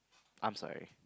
I'm sorry